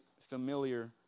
familiar